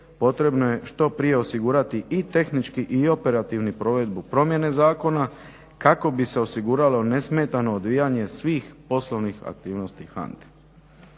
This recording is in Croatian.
potrebno je što prije osigurati i tehnički i operativnu provedbu promjene zakona kako bi se osiguralo nesmetano odvijanje svih poslovnih aktivnosti